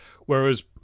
whereas